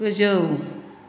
गोजौ